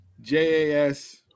JAS